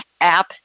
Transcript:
app